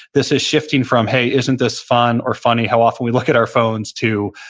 this is shifting from, hey, isn't this fun or funny how often we look at our phones, to,